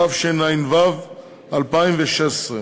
התשע"ו 2016,